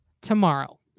tomorrow